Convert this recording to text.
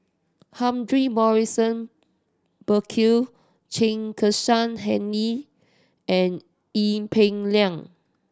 Humphrey Morrison Burkill Chen Kezhan Henri and Ee Peng Liang